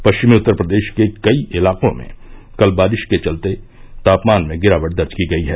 पश्चिमी उत्तर प्रदेश के कई इलाकों में कल बारिश के चलते तापमान में गिरावट दर्ज की गई है